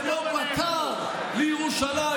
כשמגורשי גוש קטיף הובלו כמו בקר לירושלים,